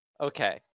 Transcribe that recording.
Okay